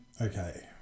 okay